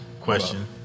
question